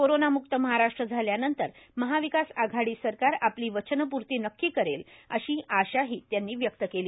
corona म्क्त महाराष्ट्र झाल्या नंतर महाविकास आघाडी सरकार आपली वचन पूर्ती नक्की करेल अशी आशाही त्यांनी व्यक्त केली